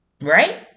right